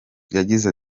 yagize